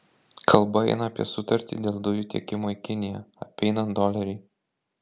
kalba eina apie sutartį dėl dujų tiekimo į kiniją apeinant dolerį